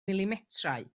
milimetrau